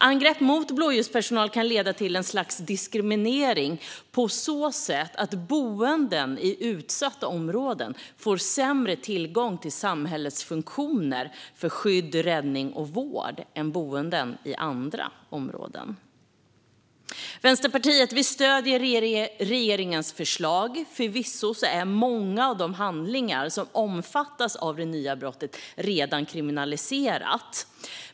Angrepp mot blåljuspersonal kan leda till ett slags diskriminering på så sätt att boende i utsatta områden får sämre tillgång till samhällets funktioner för skydd, räddning och vård än boende i andra områden. Vänsterpartiet stöder regeringens förslag. Förvisso är många av de handlingar som omfattas av det nya brottet redan kriminaliserade.